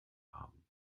haben